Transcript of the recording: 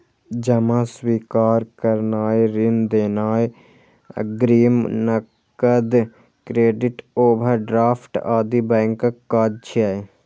जमा स्वीकार करनाय, ऋण देनाय, अग्रिम, नकद, क्रेडिट, ओवरड्राफ्ट आदि बैंकक काज छियै